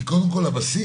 כי קודם כול הבעיה.